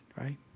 right